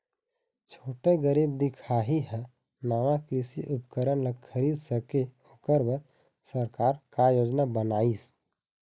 छोटे गरीब दिखाही हा नावा कृषि उपकरण ला खरीद सके ओकर बर सरकार का योजना बनाइसे?